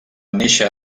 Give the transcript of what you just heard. néixer